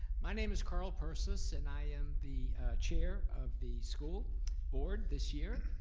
my name is carl persis, and i am the chair of the school board this year,